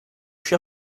cher